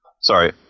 Sorry